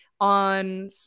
on